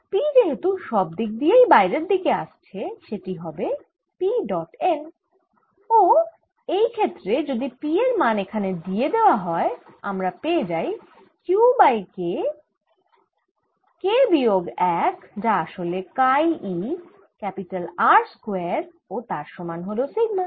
P যেহেতু সব দিক দিয়েই বাইরের দিকে আসছে সেটি হবে P ডট n ও এই ক্ষেত্রে যদি P এর মান এখানে দিয়ে দেওয়া হয় আমরা পেয়ে যাই Q বাই K K বিয়োগ 1যা আসলে কাই e R স্কয়ার ও তার সমান হল সিগমা